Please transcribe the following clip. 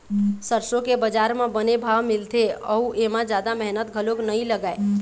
सरसो के बजार म बने भाव मिलथे अउ एमा जादा मेहनत घलोक नइ लागय